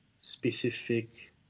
specific